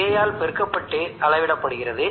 iT யை எவ்வாறு அளவிடுவது